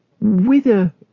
Whither